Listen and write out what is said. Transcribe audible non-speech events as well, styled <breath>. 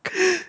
<breath>